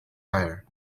tyre